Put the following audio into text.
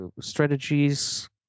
strategies